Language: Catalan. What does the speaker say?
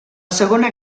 segona